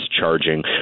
charging